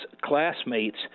classmates